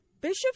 Bishop